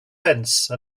fence